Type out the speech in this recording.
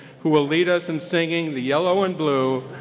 who will lead us in singing the yellow and blue,